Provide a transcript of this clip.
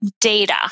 data